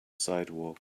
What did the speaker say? sidewalk